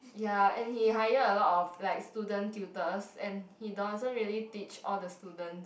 ya and he hire a lot of like student tutors and he doesn't really teach all the students